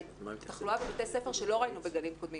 תחלואה בבתי ספר שלא ראינו בגלים קודמים,